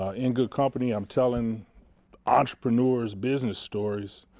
ah in good company, i'm telling entrepreneurs business stories,